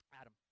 Adam